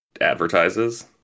advertises